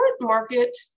market